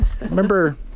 remember